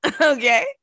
okay